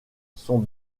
sont